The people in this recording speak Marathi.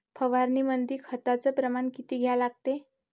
फवारनीमंदी खताचं प्रमान किती घ्या लागते?